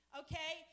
okay